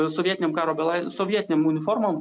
sovietinėm karo belai sovietinėm uniformom